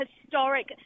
historic